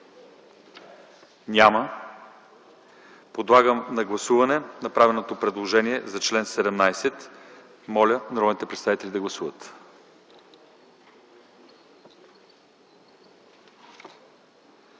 Няма. Подлагам на гласуване направеното предложение за чл. 17. Моля народните представители да гласуват.